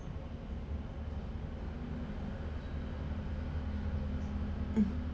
mm